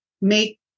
make